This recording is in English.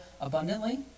abundantly